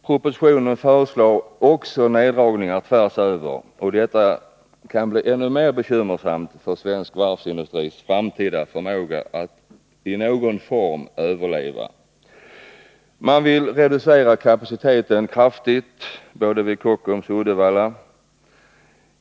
Propositionen föreslår också neddragningar över hela linjen. Detta kan bli än allvarigare för svensk varvsindustris framtida förmåga att i någon form överleva. Man vill reducera kapaciteten kraftigt vid både Kockums och Uddevalla.